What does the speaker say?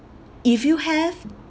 if you have